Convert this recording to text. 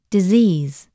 Disease